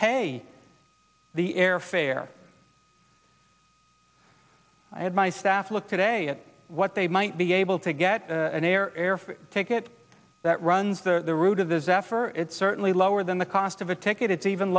pay the airfare i had my staff look today at what they might be able to get an air air ticket that runs the route of the zephyr it's certainly lower than the cost of a ticket it's even